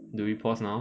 do we pause now